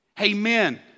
amen